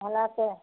ভালে আছে